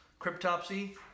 Cryptopsy